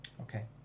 Okay